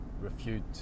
refute